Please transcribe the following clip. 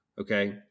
okay